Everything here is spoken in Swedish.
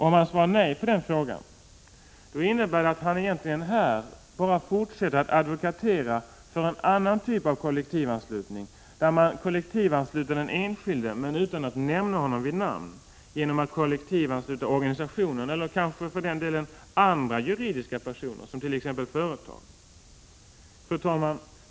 Om han svarar nej innebär det att han här bara fortsätter med advokatyr för en annan typ av kollektivanslutning, där man kollektivansluter den enskilde men utan att nämna honom vid namn genom att kollektivansluta en organisation eller kanske en juridisk person som ett företag.